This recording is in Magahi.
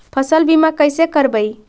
फसल बीमा कैसे करबइ?